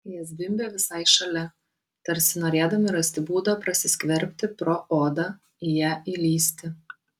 jie zvimbė visai šalia tarsi norėdami rasti būdą prasiskverbti pro odą į ją įlįsti